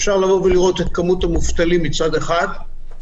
אפשר לראות את כמות המובטלים מצד אחד,